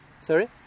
Sorry